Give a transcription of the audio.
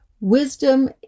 wisdom